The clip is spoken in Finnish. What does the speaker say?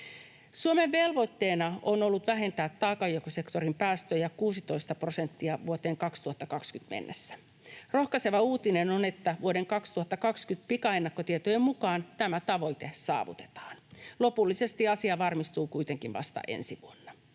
Suomen velvoitteena on ollut vähentää taakanjakosektorin päästöjä 16 prosenttia vuoteen 2020 mennessä. Rohkaiseva uutinen on, että vuoden 2020 pikaennakkotietojen mukaan tämä tavoite saavutetaan. Lopullisesti asia varmistuu kuitenkin vasta ensi vuonna.